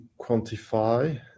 quantify